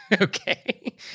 Okay